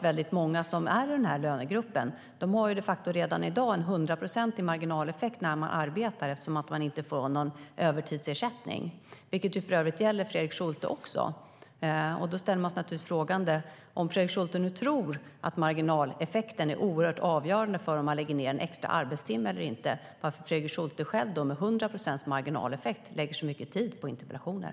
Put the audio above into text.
Väldigt många i den här lönegruppen har de facto redan i dag en hundraprocentig marginaleffekt när de arbetar eftersom de inte får någon övertidsersättning - vilket för övrigt gäller även Fredrik Schulte. Men om Fredrik Schulte nu tror att marginaleffekten är oerhört avgörande för om man lägger ned en extra arbetstimme eller inte, då ställer man sig naturligtvis frågande till varför Fredrik Schulte själv, med 100 procents marginaleffekt, lägger så mycket tid på interpellationer.